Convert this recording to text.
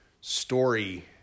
story